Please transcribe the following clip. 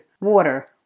water